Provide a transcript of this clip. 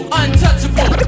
untouchable